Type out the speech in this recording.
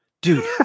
dude